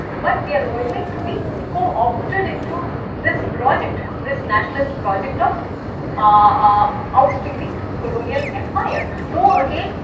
but we are willing to be coopted into this project, this nationalist project of ah ousting the colonial employer. though again,